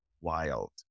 wild